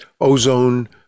ozone